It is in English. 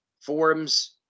forums